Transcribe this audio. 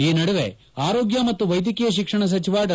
ಈ ನಡುವೆ ಆರೋಗ್ಯ ಮತ್ತು ವೈದ್ಯಕೀಯ ಶಿಕ್ಷಣ ಸಚಿವ ಸಚಿವ ಡಾ